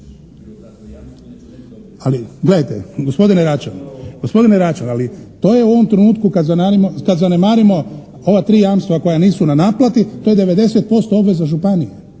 Ali, gledajte gospodine Račan, ali to je u ovom trenutku kad zanemarimo ova tri jamstva koja nisu na naplati, to je 90% obveza županije.